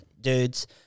Dudes